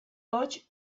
hots